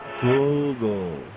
Google